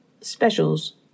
specials